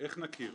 איך נכיר?